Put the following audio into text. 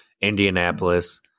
Indianapolis